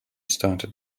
started